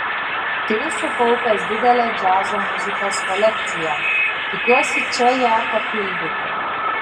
turiu sukaupęs didelę džiazo muzikos kolekciją tikiuosi čia ją papildyti